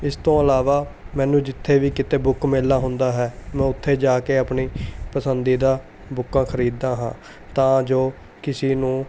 ਇਸ ਤੋਂ ਇਲਾਵਾ ਮੈਨੂੰ ਜਿੱਥੇ ਵੀ ਕਿਤੇ ਬੁੱਕ ਮੇਲਾ ਹੁੰਦਾ ਹੈ ਮੈਂ ਉੱਥੇ ਜਾ ਕੇ ਆਪਣੀ ਪਸੰਦੀਦਾ ਬੁੱਕਾਂ ਖਰੀਦਦਾ ਹਾਂ ਤਾਂ ਜੋ ਕਿਸੇ ਨੂੰ